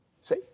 See